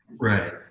Right